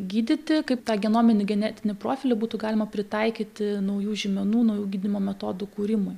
gydyti kaip tą genominį genetinį profilį būtų galima pritaikyti naujų žymenų naujų gydymo metodų kūrimui